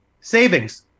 Savings